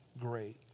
great